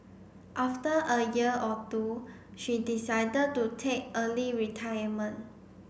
after a year or two she decided to take early retirement